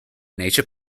nature